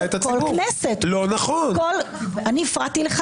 אין פה